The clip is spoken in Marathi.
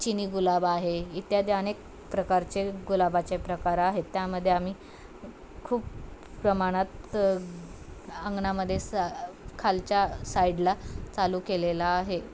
चिनी गुलाब आहे इत्यादी अनेक प्रकारचे गुलाबाचे प्रकार आहेत त्यामध्ये आम्ही खूप प्रमाणात अंगणामध्ये सा खालच्या साईडला चालू केलेला आहे